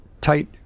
tight